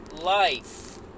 life